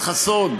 חסון,